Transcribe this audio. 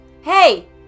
Hey